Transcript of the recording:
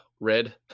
red